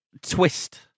twist